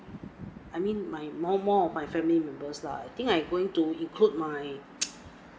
I mean my more more of my family members lah I think I'm going to include my